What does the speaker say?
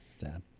Dan